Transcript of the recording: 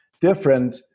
different